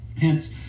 Hence